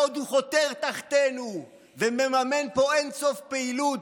בעוד הוא חותר תחתינו ומממן פה אין-סוף פעילות